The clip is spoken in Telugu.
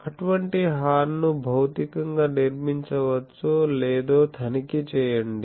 అటువంటి హార్న్ ను భౌతికంగా నిర్మించవచ్చో లేదో తనిఖీ చేయండి